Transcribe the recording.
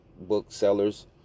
booksellers